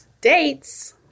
Dates